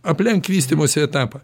aplenk vystymosi etapą